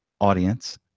audience